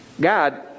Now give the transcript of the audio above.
God